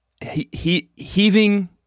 Heaving